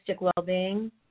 well-being